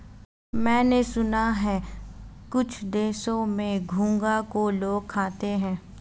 मैंने सुना है कुछ देशों में घोंघा को लोग खाते हैं